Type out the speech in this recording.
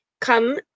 come